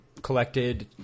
collected